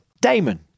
Damon